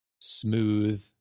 smooth